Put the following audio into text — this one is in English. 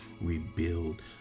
rebuild